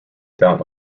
down